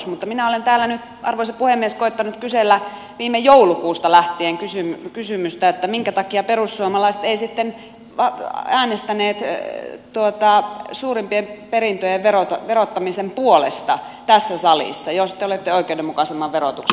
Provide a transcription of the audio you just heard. mutta minä olen täällä nyt arvoisa puhemies koettanut kysellä viime joulukuusta lähtien kysymystä minkä takia perussuomalaiset eivät sitten äänestäneet suurimpien perintöjen verottamisen puolesta tässä salissa jos te olette oikeudenmukaisemman verotuksen kannalla